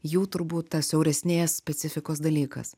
jau turbūt tas siauresnės specifikos dalykas